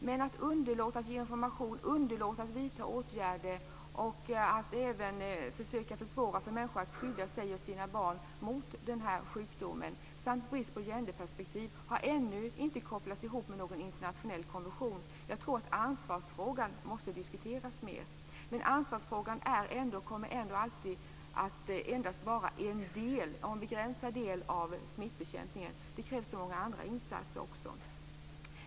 Men att underlåta att ge information, underlåta att vidta åtgärder och att försöka försvåra för människor att skydda sig och sina barn mot den här sjukdomen samt brist på genderperspektiv har ännu inte kopplats ihop med någon internationell konvention. Jag tror att ansvarsfrågan måste diskuteras mer. Men ansvarsfrågan kommer ändå alltid att endast vara en begränsad del av smittbekämpningen. Det krävs andra insatser också.